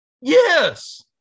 Yes